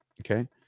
okay